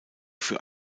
für